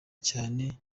cyane